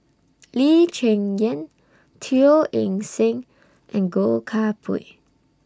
Lee Cheng Yan Teo Eng Seng and Goh Koh Pui